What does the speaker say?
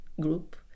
group